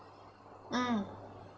mm